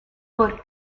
por